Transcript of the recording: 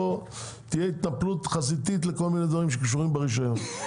תהיה כאן התנפלות חזיתית על כל מיני דברים שקשורים ברישיון.